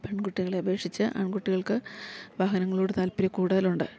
പെൺകുട്ടികളെ അപേക്ഷിച്ച് ആൺകുട്ടികൾക്ക് വാഹനങ്ങളോട് താല്പര്യക്കൂടുതലുണ്ട്